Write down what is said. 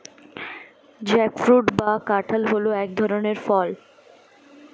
jackfruit বা কাঁঠাল হল এক ধরনের ফল